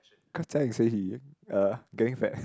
cause Jia Ying say he uh getting fat